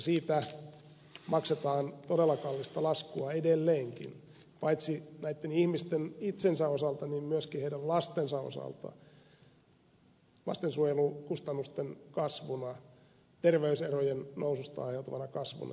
siitä maksetaan todella kallista laskua edelleenkin paitsi näitten ihmisten itsensä osalta myöskin heidän lastensa osalta lastensuojelukustannusten kasvuna terveyserojen noususta aiheutuvana kasvuna ja niin edelleen